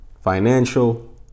financial